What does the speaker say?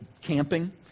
camping